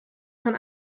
von